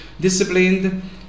Disciplined